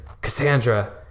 Cassandra